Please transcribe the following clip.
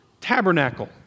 tabernacle